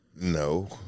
No